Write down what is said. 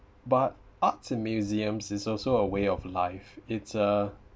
but arts in museums is also a way of life it's a